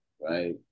right